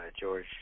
george